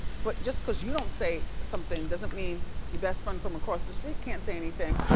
but just cause you don't say something doesn't mean your best friend from across the street can't say anything.